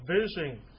vision